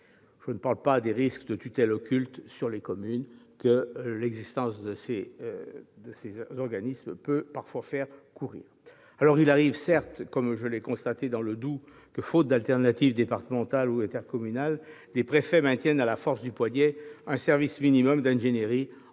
je ne parle pas des risques de tutelle occulte sur les communes que l'existence de tels organismes peut parfois faire courir. Certes, il arrive, comme je l'ai constaté dans le Doubs que, faute d'alternative départementale ou intercommunale, des préfets maintiennent à la force du poignet un service minimum d'ingénierie